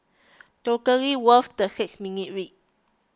totally worth the six minutes read